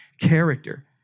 character